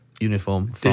uniform